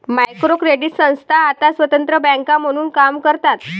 micro credit संस्था आता स्वतंत्र बँका म्हणून काम करतात